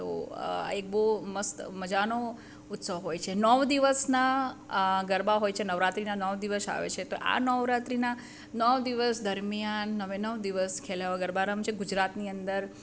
તો આ એક બહુ મસ્ત મજાનો ઉત્સવ હોય છે નવ દિવસના આ ગરબા હોય છે નવરાત્રિના નવ દિવસ આવે છે તો આ નવરાત્રિના નવ દિવસ દરમિયાન નવે નવ દિવસ ખેલૈયાઓ ગરબા રમે છે ગુજરાતની અંદર